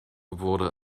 wurde